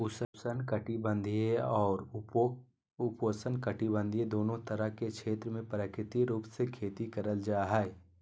उष्ण कटिबंधीय अउर उपोष्णकटिबंध दोनो तरह के क्षेत्र मे प्राकृतिक रूप से खेती करल जा हई